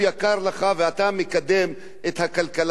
ואתה מקדם את הכלכלה הישראלית.